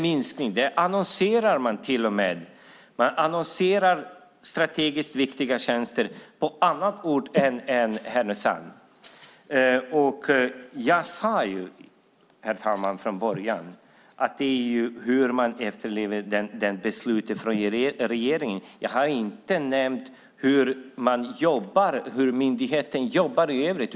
Man annonserar till och med strategiskt viktiga tjänster på annan ort än Härnösand. Herr talman! Jag sade från början att det handlar om hur man efterlever ett beslut från regeringen. Jag har inte nämnt hur myndigheten jobbar i övrigt.